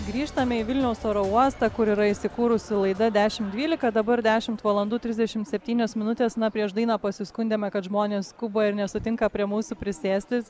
grįžtame į vilniaus oro uostą kur yra įsikūrusi laida dešim dvylika dabar dešimt valandų trisdešimt septynios minutės na prieš dainą pasiskundėme kad žmonės skuba ir nesutinka prie mūsų prisėsti